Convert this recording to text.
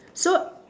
so